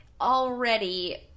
already